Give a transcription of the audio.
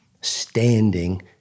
standing